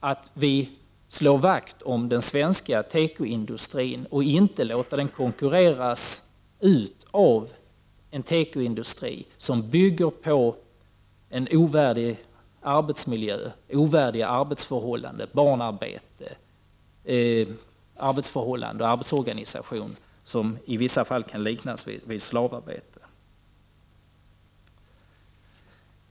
att vi slår vakt om den svenska tekoindustrin och inte låter den konkurreras ut av en tekoindustri som bygger på en ovärdig miljö, på ovärdiga arbetsförhållanden, t.ex. barnarbete, dvs. arbetsförhållanden och arbetsorganisation som gör att arbetet i vissa fall kan liknas vid slavarbete.